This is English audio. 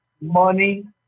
money